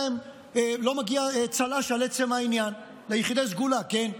לא מגיע צל"ש על עצם העניין, ליחידי סגולה, כן.